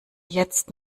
jetzt